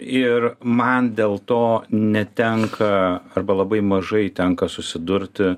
ir man dėl to netenka arba labai mažai tenka susidurti